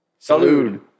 Salud